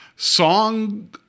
Song